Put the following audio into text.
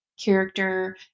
character